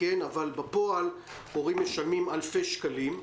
אבל בפועל הורים משלמים אלפי שקלים.